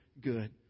good